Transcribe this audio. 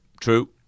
True